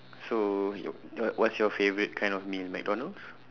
so your what's your favourite kind of meal mcdonald's